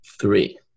Three